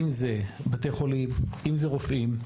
אם זה בתי חולים, אם זה רופאים,